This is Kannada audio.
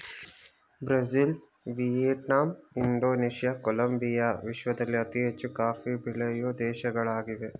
ಬ್ರೆಜಿಲ್, ವಿಯೆಟ್ನಾಮ್, ಇಂಡೋನೇಷಿಯಾ, ಕೊಲಂಬಿಯಾ ವಿಶ್ವದಲ್ಲಿ ಅತಿ ಹೆಚ್ಚು ಕಾಫಿ ಬೆಳೆಯೂ ದೇಶಗಳಾಗಿವೆ